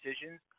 decisions